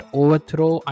overthrow